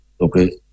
okay